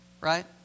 right